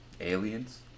aliens